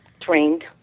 trained